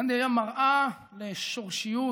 גנדי היה מראה לשורשיות